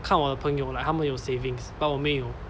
看我的朋友 like 他们有 savings but 我没有